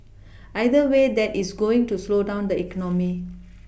either way that is going to slow down the economy